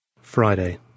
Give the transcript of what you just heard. Friday